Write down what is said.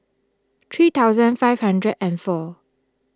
three thousand five hundred and four